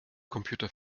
computer